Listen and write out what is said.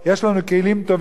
יש לנו כלים טובים,